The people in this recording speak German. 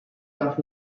darf